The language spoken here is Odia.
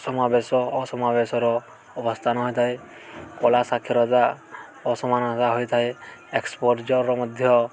ସମାବେଶ ଅସମାବେଶର ଅବସ୍ଥାନ ହୋଇଥାଏ କଳା ସାକ୍ଷରତା ଅସମାନତା ହୋଇଥାଏ ଏକ୍ସପୋଜର ମଧ୍ୟ